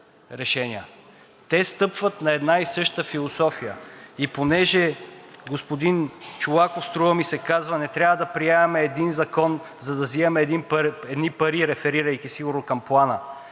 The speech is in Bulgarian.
Те стъпват на една и съща философия. Понеже господин Чолаков, струва ми се, казва – не трябва да приемаме един закон, за да взимаме едни пари, реферирайки сигурно към Плана,